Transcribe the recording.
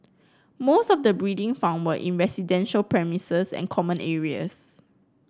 most of the breeding found were in residential premises and common areas